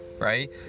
right